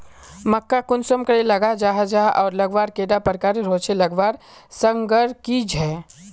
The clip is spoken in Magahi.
मक्का कुंसम करे लगा जाहा जाहा आर लगवार कैडा प्रकारेर होचे लगवार संगकर की झे?